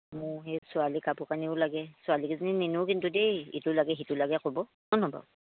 মোৰ সেই ছোৱালী কাপোৰ কানিও লাগে ছোৱালী কিজনী নিনো কিন্তু দেই ইটো লাগে সিটো লাগে ক'ব হয় নহয় বাৰু